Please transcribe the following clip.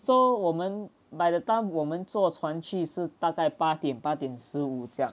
so 我们 by the time 我们坐船去是大概八点八点十五这样